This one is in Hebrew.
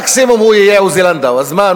מקסימום הוא יהיה עוזי לנדאו, אז מה?